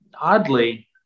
Oddly